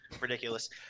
ridiculous